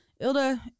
Ilda